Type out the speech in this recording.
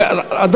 אי-אפשר.